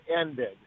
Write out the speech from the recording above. ended